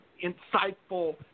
insightful